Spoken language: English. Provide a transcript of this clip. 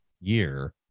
year